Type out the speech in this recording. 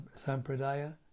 Sampradaya